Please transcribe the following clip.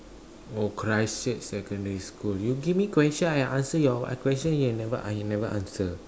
oh Christchurch secondary school you give me question I answer your what question you never ah you never answer